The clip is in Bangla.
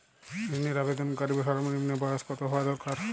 ঋণের আবেদনকারী সর্বনিন্ম বয়স কতো হওয়া দরকার?